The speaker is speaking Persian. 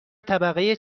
طبقه